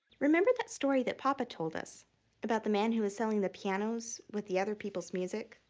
remember that story that papa told us about the man who was selling the pianos with the other people's music?